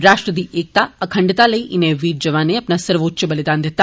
राष्ट्र दी एकता अखंडता लेई इनें वीर जौआने अपना सर्वोच्च बलिदान दिता